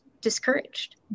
discouraged